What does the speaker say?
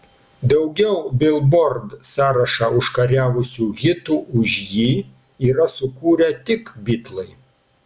daugiau bilbord sąrašą užkariavusių hitų už jį yra sukūrę tik bitlai